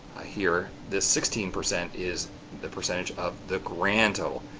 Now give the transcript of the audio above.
here this sixteen percent is the percentage of the grand total.